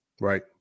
Right